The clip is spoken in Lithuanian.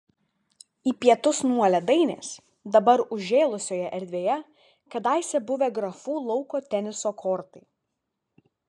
į pietus nuo ledainės dabar užžėlusioje erdvėje kadaise buvę grafų lauko teniso kortai